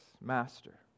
Master